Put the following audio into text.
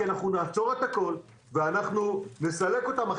כי אנחנו נעצור את הכל ואנחנו נסלק אותם,